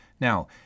Now